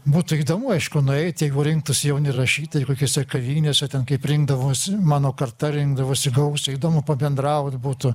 būtų įdomu aišku nueiti jeigu rinktųsi jauni rašytojai kokiose kavinėse ten kaip rinkdavosi mano karta rinkdavosi gausiai įdomu pabendraut būtų